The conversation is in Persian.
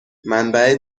منبع